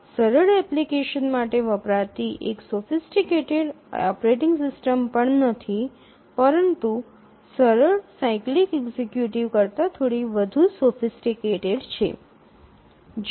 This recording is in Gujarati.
આ સરળ એપ્લિકેશન માટે વપરાતી એક સોફિસટીકટેડ ઓપરેટિંગ સિસ્ટમ પણ નથી પરંતુ સરળ સાયક્લિક એક્ઝિક્યુટિવ્સ કરતા થોડી વધુ સોફિસટીકટેડ છે